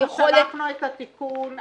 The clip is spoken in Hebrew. אנחנו שלחנו את התיקון,